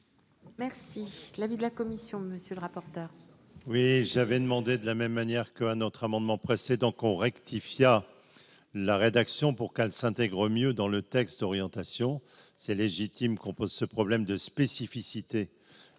Merci l'avis de la commission, monsieur le rapporteur. Oui, j'avais demandé de la même manière que un autre amendement précédent qu'on rectifie à la rédaction pour qu'elles s'intègrent mieux dans le texte d'orientation, c'est légitime qu'on pose ce problème de spécificité